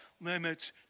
limits